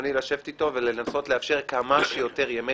ובכוונתי לשבת אתו ולנסות לאפשר כמה שיותר ימי